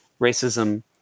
racism